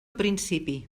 principi